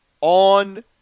on